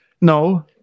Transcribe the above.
No